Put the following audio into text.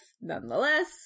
nonetheless